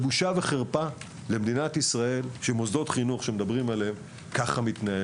בושה וחרפה למדינת ישראל שלגבי מוסדות חינוך כך היא מתנהלת.